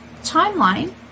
timeline